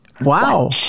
wow